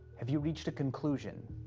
have you reached a conclusion?